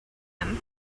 him